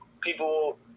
people